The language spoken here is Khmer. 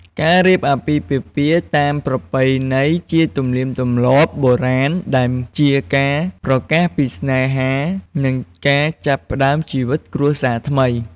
ការរៀបអាពាហ៍ពិពាហ៍តាមប្រពៃណីគឺជាទំនៀមទម្លាប់បុរាណដែលជាសារប្រកាសពីស្នេហា និងការចាប់ផ្តើមជីវិតគ្រួសារថ្មី។